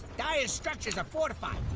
nine forty five,